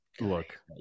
look